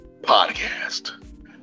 Podcast